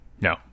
No